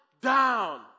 down